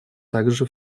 также